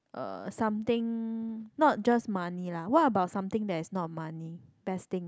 uh something not just money lah what about something that's not money best thing